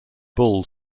bull